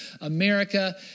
America